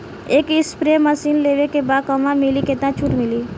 एक spray machine लेवे के बा कहवा मिली केतना छूट मिली?